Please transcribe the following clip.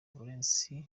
valens